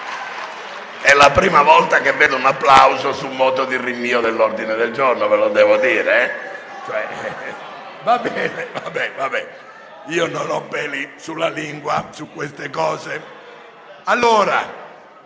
È la prima volta che vedo un applauso su un voto di rinvio dell'ordine del giorno. Ve lo devo dire, io non ho peli sulla lingua su queste cose.